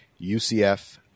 UCF